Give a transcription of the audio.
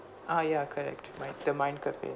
ah ya correct mi~ the mind cafe